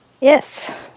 Yes